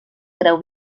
creu